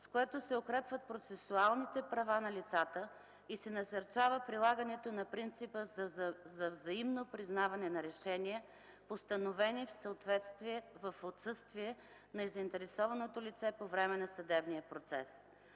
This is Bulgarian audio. с което се укрепват процесуалните права на лицата и се насърчава прилагането на принципа за взаимно признаване на решения, постановени в отсъствието на заинтересованото лице по време на съдебния процес.